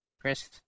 Chris